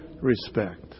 respect